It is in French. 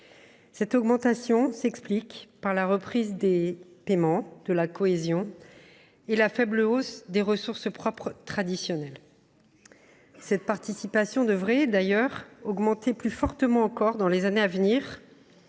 Cette augmentation s’explique par la reprise du paiement des fonds de cohésion et par la faible hausse des ressources propres traditionnelles. Cette participation devrait d’ailleurs augmenter plus fortement encore dans les années à venir,